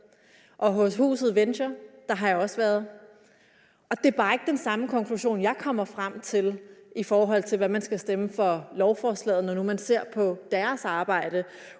– og Huset Venture, og der har også været, og det er bare ikke den samme konklusion, jeg kommer frem til, i forhold til hvad man skal stemme til lovforslaget, når nu man ser på deres arbejde.